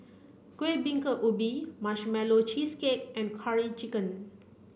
Kuih Bingka Ubi marshmallow cheesecake and curry chicken